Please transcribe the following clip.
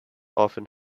often